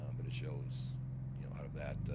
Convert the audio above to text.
um but it shows you know out of that,